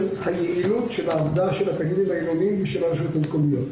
היעילות של העבודה של התאגידים העירוניים ושל הרשויות המקומיות.